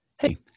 Hey